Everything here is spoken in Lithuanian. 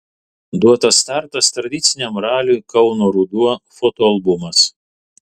duotas startas tradiciniam raliui kauno ruduo fotoalbumas